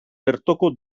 bertoko